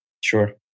Sure